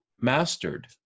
mastered